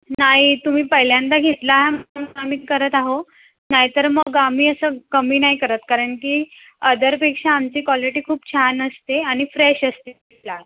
नाही तुम्ही पहिल्यांदा घेतला म्हणून आम्ही करत आहोत नाही तर मग आम्ही असं कमी नाही करत कारण की अदरपेक्षा आमची क्वालिटी खूप छान असते आणि फ्रेश असते